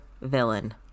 villain